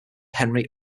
henry